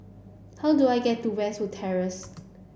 how do I get to Westwood Terrace